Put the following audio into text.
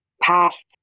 past